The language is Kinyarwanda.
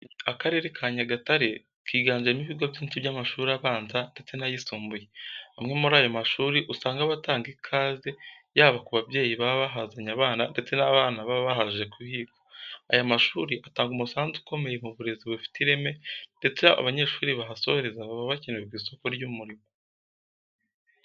Akarere ka Nyagatare kiganjemo ibigo byinshi by'amashuri abanza ndetse n'ayisumbuye. Amwe muri ayo mashuri usanga aba atanga ikaze, yaba ku babyeyi baba bahazanye abana ndetse n'abana baba baje kuhiga. Aya mashuri atanga umusanzu ukomeye mu burezi bufite ireme ndetse abanyeshuri bahasoreza baba bakenewe ku isoko ry'umurimo.